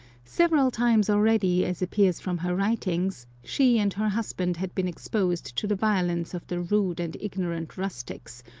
several times already, as appears from her writings, she and her husband had been exposed to the violence of the rude and ignorant rustics,